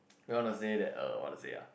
we want to say that err what to say uh